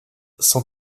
sans